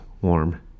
warm